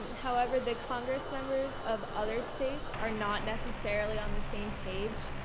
however, the congress members of other states are not necessarily on the same page.